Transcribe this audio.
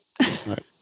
right